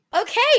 Okay